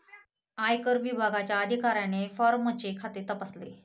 आयकर विभागाच्या अधिकाऱ्याने फॉर्मचे खाते तपासले